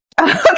Okay